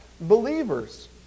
believers